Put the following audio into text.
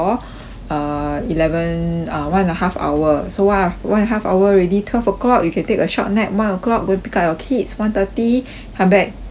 err eleven uh one and a half hour so one one and half hour already twelve o'clock you can take a short nap one o'clock go and pick up your kids one thirty come back lunch